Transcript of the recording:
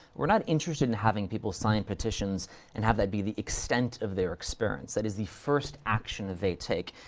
we're not interested in having people sign petitions and have that be the extent of their experience. that is the first action that they take,